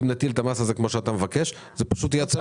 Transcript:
ואם נטיל את המס הזה כמו שאתה מבקש - זה פשוט יעצור את הכניסה.